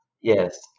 Yes